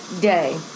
day